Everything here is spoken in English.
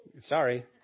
Sorry